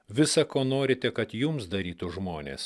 visa ko norite kad jums darytų žmonės